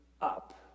up